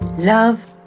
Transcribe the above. Love